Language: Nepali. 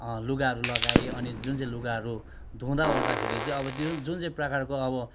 लुगाहरू लगाएँ अनि जुन चाहिँ लुगाहरू धुँदा ओर्दाखेरि चाहिँ अब जुन चाहिँ प्रकारको अब